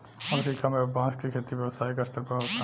Africa में अब बांस के खेती व्यावसायिक स्तर पर होता